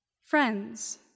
Friends